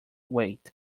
weight